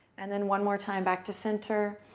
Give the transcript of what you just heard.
and then one more time, back to center.